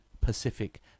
Pacific